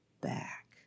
back